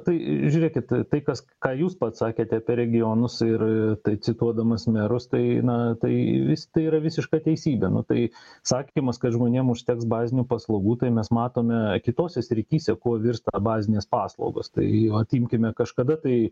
tai žiūrėkit tai kas ką jūs pats sakėte apie regionus ir tai cituodamas merus tai na tai vis tai yra visiška teisybė nu tai sakymas kad žmonėm užteks bazinių paslaugų tai mes matome kitose srityse kuo virsta bazinės paslaugos tai atimkime kažkada tai